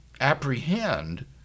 apprehend